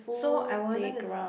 so I wanna to